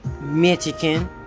Michigan